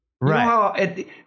Right